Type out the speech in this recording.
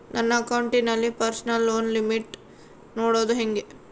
ನನ್ನ ಅಕೌಂಟಿನಲ್ಲಿ personal loan limit ನೋಡದು ಹೆಂಗೆ?